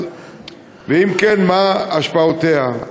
2. אם כן, מה היו השפעותיה?